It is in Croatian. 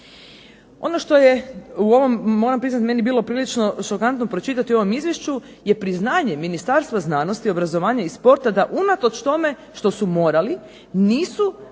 Ono što je meni bilo prilično šokantno pročitati u ovom Izvješću je priznjanje Ministarstva znanosti obrazovanja i sporta da unatoč tome što su morali nisu normative,